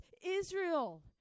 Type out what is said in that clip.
Israel